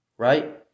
Right